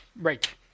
right